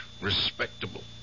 respectable